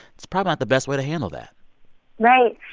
it's probably not the best way to handle that right.